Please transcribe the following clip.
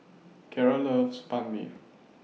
Keara loves Banh MI